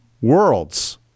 worlds